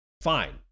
fine